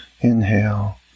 Inhale